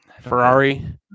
Ferrari